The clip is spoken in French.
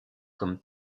comme